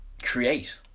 create